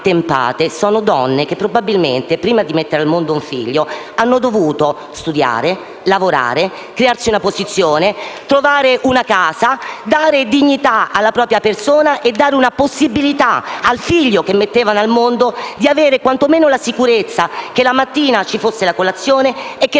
attempate sono donne che, probabilmente, prima di mettere al mondo un figlio, hanno dovuto studiare, lavorare, crearsi una posizione, trovare una casa, dare dignità alla propria persona e dare la possibilità al figlio che mettevano al mondo di avere, quantomeno, la sicurezza che la mattina ci fosse una colazione e la